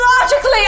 logically